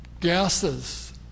Gases